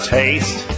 taste